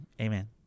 amen